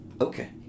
okay